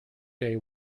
day